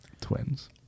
Twins